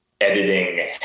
editing